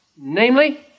Namely